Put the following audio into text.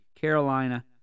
Carolina